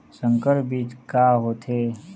संकर बीज का होथे?